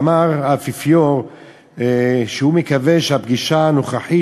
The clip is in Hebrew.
והאפיפיור אמר שהוא מקווה שהפגישה הנוכחית